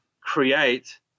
create